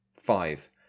Five